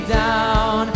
down